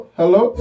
hello